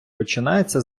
починається